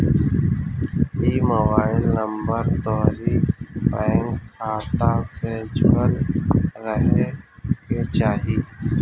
इ mobile number तोहरी bank खाता से जुड़ल रहे के चाही